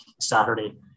Saturday